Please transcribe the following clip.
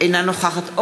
אינה נוכחת לימור לבנת,